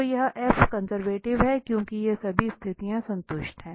तो यह F conservative है क्योंकि ये सभी स्थितियां संतुष्ट हैं